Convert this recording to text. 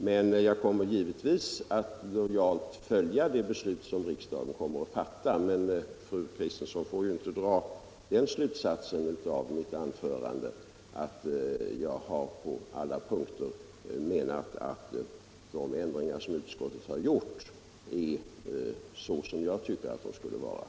Givetvis kommer jag att lojalt följa det beslut som riksdagen fattar, men fru Kristensson får inte dra den slutsatsen av mitt anförande att jag på alla punkter menar att de ändringar som utskottet gjort överensstämmer med min uppfattning.